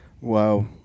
Wow